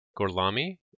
Gorlami